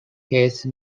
hesse